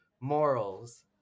Morals